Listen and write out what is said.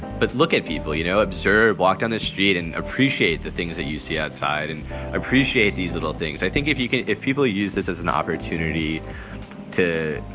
but look at people, you know, observe walk down the street and appreciate the things that you see outside and appreciate these little things i think if you could if people use this as an opportunity to,